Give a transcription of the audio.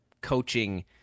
coaching